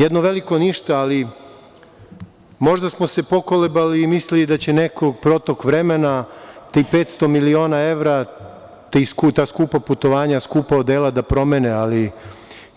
Jedno velika ništa, ali možda smo se pokolebali i mislili da će nekog protok vremena, tih 500 miliona eva, ta skupa putovanja, skupa odela da promene, ali